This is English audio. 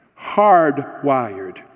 hardwired